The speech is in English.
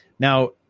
Now